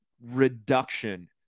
reduction